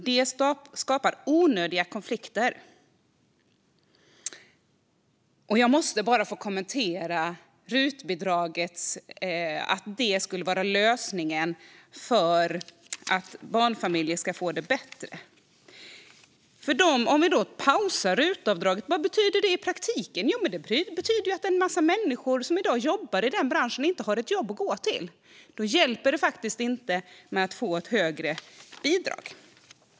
Det skapar onödiga konflikter. Jag måste få kommentera att rutbidraget skulle vara lösningen för att barnfamiljer ska få det bättre. Vad betyder det i praktiken om rutavdraget pausas? Det betyder att en massa människor som i dag jobbar i branschen inte har ett jobb att gå till. Då hjälper det inte att få ett högre bidrag.